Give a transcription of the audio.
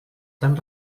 tan